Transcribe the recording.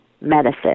medicine